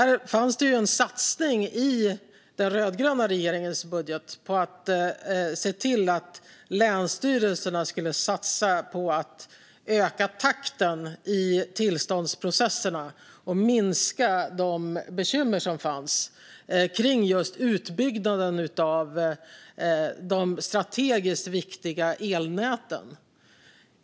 I den rödgröna regeringens budget fanns det en satsning på att se till att länsstyrelserna skulle öka takten i tillståndsprocesserna och minska de bekymmer som fanns kring utbyggnaden av de strategiskt viktiga elnäten.